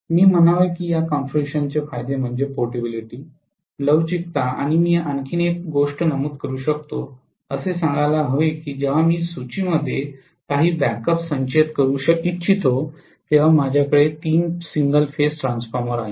मी म्हणावे की या कॉन्फिगरेशनचे फायदे म्हणजे पोर्टेबिलिटी लवचिकता आणि मी आणखी एक गोष्ट नमूद करू शकतो असे सांगायला हवे की जेव्हा मी सूचीमध्ये काही बॅकअप संचयित करू इच्छितो तेव्हा माझ्याकडे तीन सिंगल फेज ट्रान्सफॉर्मर आहेत